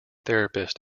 therapist